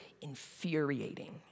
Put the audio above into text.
infuriating